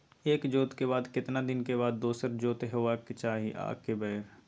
एक जोत के बाद केतना दिन के बाद दोसर जोत होबाक चाही आ के बेर?